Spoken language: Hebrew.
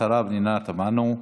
השרה פנינה תמנו,